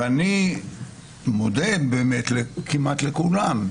אני מודה כמעט לכולם,